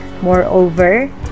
Moreover